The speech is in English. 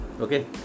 okay